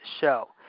show